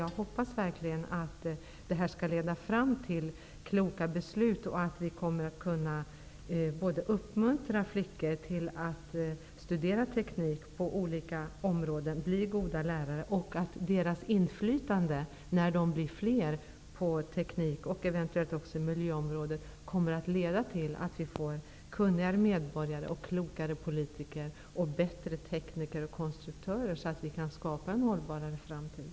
Jag hoppas verkligen att detta skall leda fram till kloka beslut och till att vi kommer att kunna uppmuntra flickor till att studera teknik på olika områden och bli goda lärare. Jag hoppas också att deras inflytande, när de blir fler på teknikområdet -- eventuellt också på miljöområdet --, kommer att leda till att vi får kunnigare medborgare, klokare politiker samt bättre tekniker och konstruktörer, så att vi kan skapa en hållbarare framtid.